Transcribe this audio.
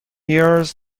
years